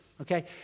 okay